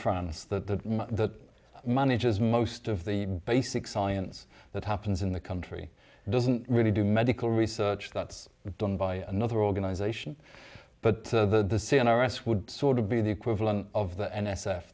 france that that manages most of the basic science that happens in the country doesn't really do medical research that's done by another organization but the c n r s would sort of be the equivalent of the n